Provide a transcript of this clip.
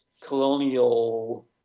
colonial